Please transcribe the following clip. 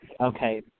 Okay